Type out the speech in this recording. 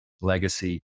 Legacy